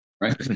right